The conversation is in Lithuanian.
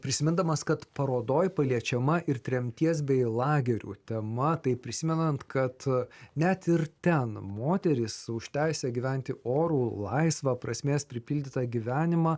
prisimindamas kad parodoj paliečiama ir tremties bei lagerių tema tai prisimenant kad net ir ten moterys už teisę gyventi orų laisvą prasmės pripildytą gyvenimą